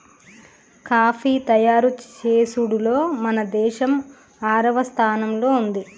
coffee తయారు చేసుడులో మన దేసం ఆరవ స్థానంలో ఉంది